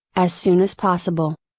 as soon as possible.